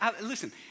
listen